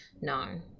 No